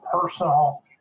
personal